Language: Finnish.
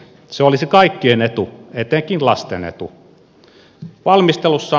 se olisi kaikkien etu etenkin lasten etu